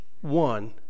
one